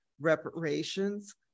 reparations